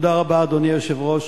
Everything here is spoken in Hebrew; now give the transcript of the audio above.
אדוני היושב-ראש,